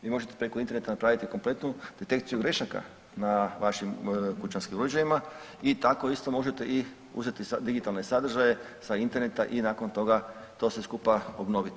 Vi možete preko interneta napraviti kompletnu detekciju grešaka na vašim kućanskim uređajima i tako isto možete uzeti digitalne sadržaje sa interneta i nakon toga to sve skupa obnoviti.